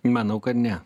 manau kad ne